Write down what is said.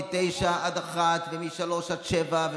מ-09:00 עד 13:00 ומ-15:00 עד 19:00,